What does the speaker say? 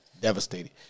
devastated